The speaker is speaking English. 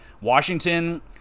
washington